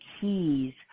keys